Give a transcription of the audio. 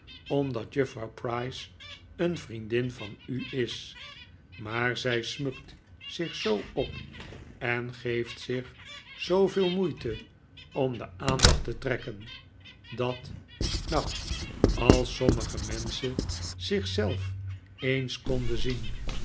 omdat juffrouw price een vriendin van u is maar zij smukt zich zoo op en geeft zich zooveel moeite om de aandacht te trekken dat nou als sommige menschen zich zelf eens konden zien